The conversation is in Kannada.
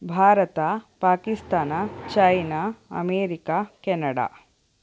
Bharat Pakistan China America Canada